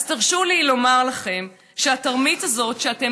אז תרשו לי לומר לכם שהתרמית הזאת שאתם